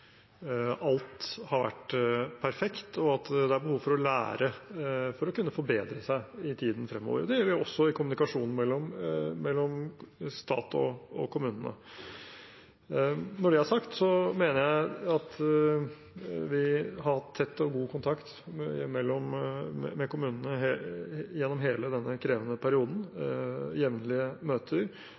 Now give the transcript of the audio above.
alt har vært perfekt, og at det er behov for å lære for å kunne forbedre seg i tiden fremover. Det gjør vi også i kommunikasjonen mellom stat og kommune. Når det er sagt, mener jeg at vi har hatt tett og god kontakt med kommunene gjennom hele denne krevende perioden med jevnlige møter